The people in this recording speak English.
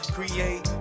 Create